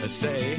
say